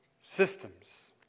systems